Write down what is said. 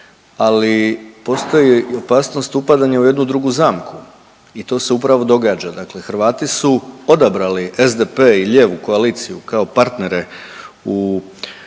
ali postoji i opasnost upadanja u jednu drugu zamku. I to se upravo događa. Dakle, Hrvati su odabrali SDP i lijevu koaliciju kao partnere u